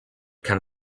can